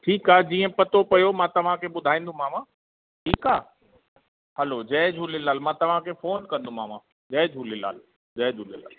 ठीकु आहे जीअं पतो पियो मां तव्हांखे ॿुधाईंदोमांव ठीकु आहे हलो जय झूलेलाल मां तव्हांखे फ़ोन कंदोमांव जय झूलेलाल जय झूलेलाल